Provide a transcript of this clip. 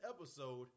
episode